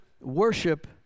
worship